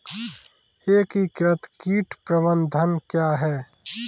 एकीकृत कीट प्रबंधन क्या है?